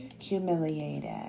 humiliated